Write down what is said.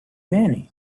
manny